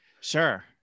Sure